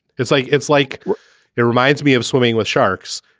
it's like it's like it reminds me of swimming with sharks.